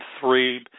three